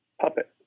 Puppet